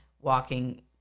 walking